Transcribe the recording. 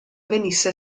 venisse